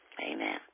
amen